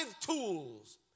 tools